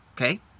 Okay